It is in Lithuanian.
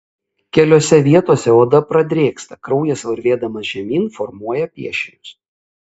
keliose vietose oda pradrėksta kraujas varvėdamas žemyn formuoja piešinius